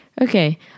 Okay